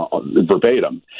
verbatim